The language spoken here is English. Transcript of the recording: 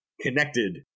connected